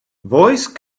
voice